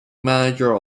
manager